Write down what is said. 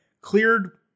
cleared